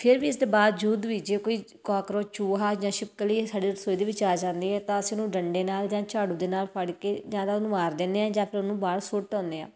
ਫਿਰ ਵੀ ਇਸ ਦੇ ਬਾਵਜੂਦ ਵੀ ਜੇ ਕੋਈ ਕੋਕਰੋਚ ਚੂਹਾ ਜਾਂ ਛਿਪਕਲੀ ਸਾਡੀ ਰਸੋਈ ਦੇ ਵਿੱਚ ਆ ਜਾਂਦੀ ਹੈ ਤਾਂ ਅਸੀਂ ਉਹਨੂੰ ਡੰਡੇ ਨਾਲ ਜਾਂ ਝਾੜੂ ਦੇ ਨਾਲ ਫੜ ਕੇ ਜਾਂ ਤਾਂ ਉਹਨੂੰ ਮਾਰ ਦਿੰਦੇ ਹਾਂ ਜਾਂ ਫਿਰ ਉਹਨੂੰ ਬਾਹਰ ਸੁੱਟ ਆਉਂਦੇ ਹਾਂ